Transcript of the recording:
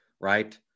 right